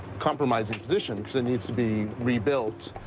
compromising position, cause it needs to be rebuilt.